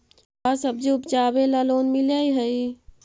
का सब्जी उपजाबेला लोन मिलै हई?